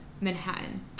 Manhattan